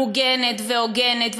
מוגנת והוגנת.